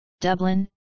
Dublin